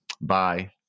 Bye